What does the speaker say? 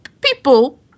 people